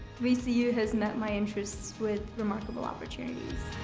vcu has met my interests with remarkable opportunities.